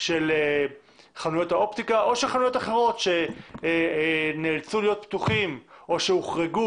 של חנויות האופטיקה או של חנויות אחרות שנאלצו להיות פתוחים או שהוחרגו